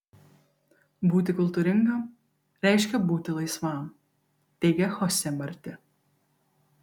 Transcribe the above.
būti kultūringam reiškia būti laisvam teigia chose marti